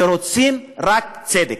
ורוצים רק צדק.